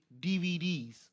dvds